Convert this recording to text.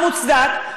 המוצדק,